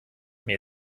mir